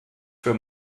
für